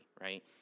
right